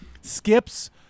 skips